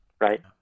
right